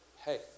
Hey